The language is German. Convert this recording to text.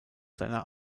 seiner